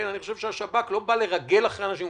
אני חושב שהשב"כ לא בא לרגל אחרי אנשים,